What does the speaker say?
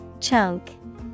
Chunk